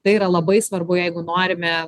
tai yra labai svarbu jeigu norime